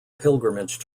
pilgrimage